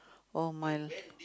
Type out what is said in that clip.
oh-my